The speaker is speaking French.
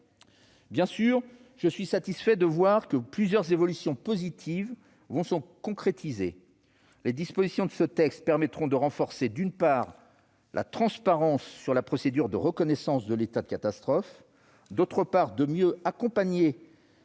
Bien sûr, je suis satisfait de voir que plusieurs évolutions positives vont se concrétiser. Les dispositions de ce texte permettront de renforcer la transparence de la procédure de reconnaissance de l'état de catastrophe, de mieux accompagner les communes face à la gestion